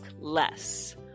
less